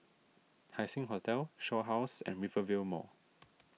Haising Hotel Shaw House and Rivervale Mall